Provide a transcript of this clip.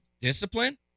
discipline